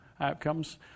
outcomes